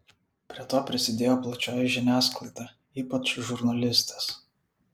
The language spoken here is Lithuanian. prie to prisidėjo plačioji žiniasklaida ypač žurnalistės